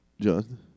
John